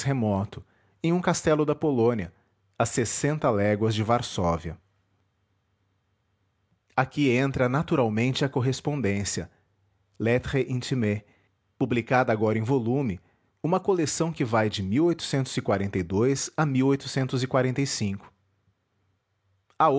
remoto em um castelo da polônia a sessenta léguas de varsóvia aqui entra naturalmente a correspondência lettres intimes publicada agora em volume uma coleção que vai de a de ao o